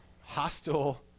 hostile